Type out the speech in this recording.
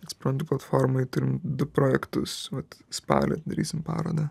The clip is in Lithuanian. ekspromti platformai turim du projektus vat spalį atidarysim parodą